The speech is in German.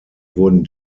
wurden